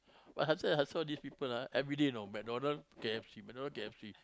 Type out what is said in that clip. but saw all these people ah everyday you know McDonald K_F_C McDonald K_F_C